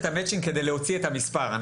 מצוין.